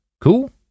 Cool